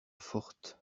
forte